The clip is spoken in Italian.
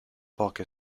poche